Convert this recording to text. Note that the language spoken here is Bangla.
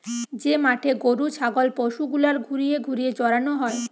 যে মাঠে গরু ছাগল পশু গুলার ঘুরিয়ে ঘুরিয়ে চরানো হয়